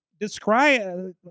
describe